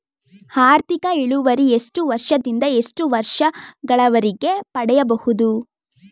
ಆರ್ಥಿಕ ಇಳುವರಿ ಎಷ್ಟು ವರ್ಷ ದಿಂದ ಎಷ್ಟು ವರ್ಷ ಗಳವರೆಗೆ ಪಡೆಯಬಹುದು?